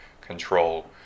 control